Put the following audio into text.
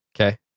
Okay